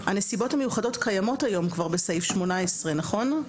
הנסיבות המיוחדות קיימות היום כבר בסעיף 18, נכון?